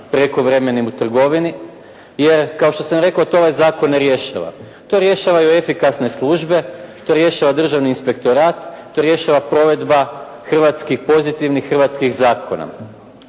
prekovremenim u trgovini, jer kao što sam rekao to ovaj zakon ne rješava. To rješavaju efikasne službe, to rješava Državni inspektorat, to rješava provedba pozitivnih hrvatskih zakona